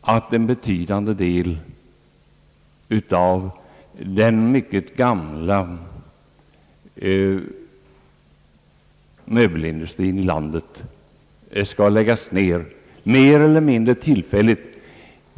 att en betydande del av vår mycket gamla svenska möbelindustri får läggas ned mer eller mindre tillfälligt?